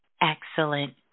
Excellent